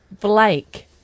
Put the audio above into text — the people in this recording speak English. Blake